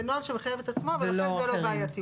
זה נוהל שמחייב את עצמו ולכן זה לא בעייתי,